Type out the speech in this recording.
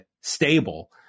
stable